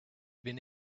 been